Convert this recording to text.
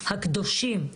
הקדושים.